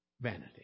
vanity